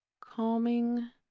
calming